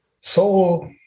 Soul